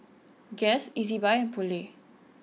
Guess Ezbuy and Poulet